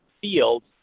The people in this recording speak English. fields